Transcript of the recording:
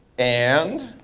and?